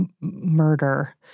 murder